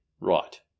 right